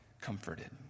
comforted